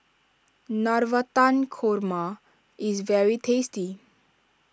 Navratan Korma is very tasty